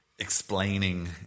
Explaining